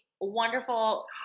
wonderful